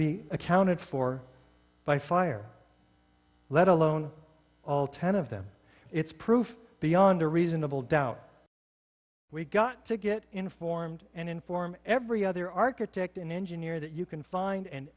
be accounted for by fire let alone all ten of them it's proof beyond a reasonable doubt we've got to get informed and inform every other architect in engineering that you can find and